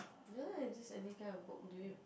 no lah it's just any kind of book do you